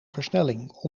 versnelling